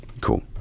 cool